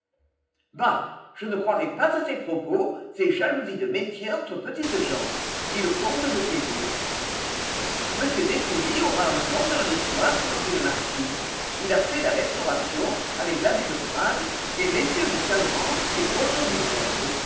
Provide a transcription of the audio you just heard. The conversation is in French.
bah je ne croirais pas à ces propos c'est jalousie de métier entre petites gens dit le comte de caylus m descoulis aura un nom dans l'histoire reprit le marquis il a fait la restauration avec l'abbé de pradt et mm de talleyrand et